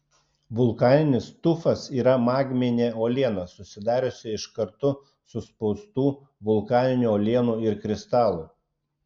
vulkaninis tufas yra magminė uoliena susidariusi iš kartu suspaustų vulkaninių uolienų ir kristalų